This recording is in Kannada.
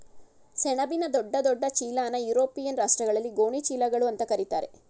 ಸೆಣಬಿನ ದೊಡ್ಡ ದೊಡ್ಡ ಚೀಲನಾ ಯುರೋಪಿಯನ್ ರಾಷ್ಟ್ರಗಳಲ್ಲಿ ಗೋಣಿ ಚೀಲಗಳು ಅಂತಾ ಕರೀತಾರೆ